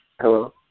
Hello